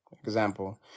example